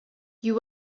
you